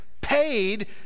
paid